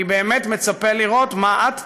אני באמת מצפה לראות מה את תצביעי,